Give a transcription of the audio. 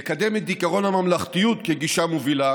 נקדם את עקרון הממלכתיות כגישה מובילה.